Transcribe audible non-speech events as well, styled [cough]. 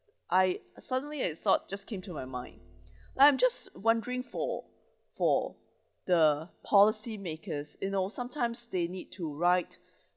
I suddenly a thought just came to my mind [breath] and I'm just wondering for for the policy makers you know sometimes they need to write